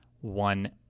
one